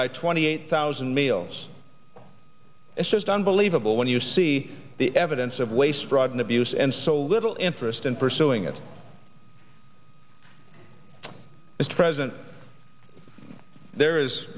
by twenty eight thousand meals it's just unbelievable when you see the evidence of waste fraud and abuse and so little interest in pursuing it mr president there is